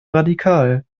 radikal